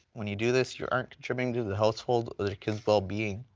when you do this, you aren't contributing to the household or the kids' well being.